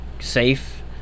safe